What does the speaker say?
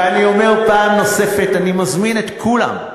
ואני אומר פעם נוספת: אני מזמין את כולם,